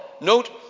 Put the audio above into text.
Note